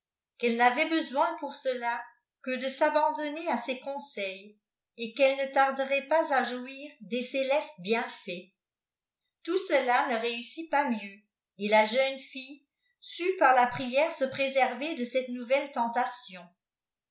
qu'elle n'avait besoin pour cela que de s'abandonner à ses conseils et qu'elle ne tarderait pas à jouir des célestes bienfaits tout cela ne réussit pas mieux et la jeune fille sri pr la prière se préserver de cette nouvelle tentation